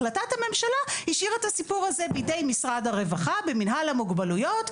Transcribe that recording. החלטת הממשלה השאירה את הסיפור הזה בידי משרד הרווחה במינהל המוגבלויות,